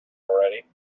already